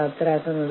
വിലപേശൽ മര്യാദ